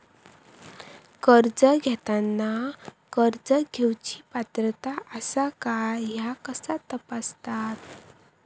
कर्ज घेताना कर्ज घेवची पात्रता आसा काय ह्या कसा तपासतात?